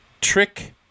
trick